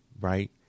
right